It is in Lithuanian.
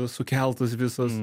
sukeltos visos